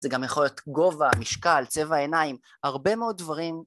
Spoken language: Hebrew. זה גם יכול להיות גובה משקל צבע העיניים הרבה מאוד דברים